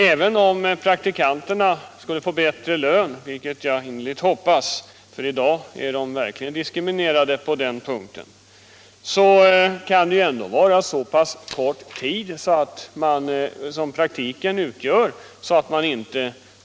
Även om praktikanterna får bättre lön — vilket jag innerligt hoppas; i dag är de verkligen diskriminerade i lönehänseende — kan praktiken vara så kort tid att man inte kommer upp till den avsedda nivån.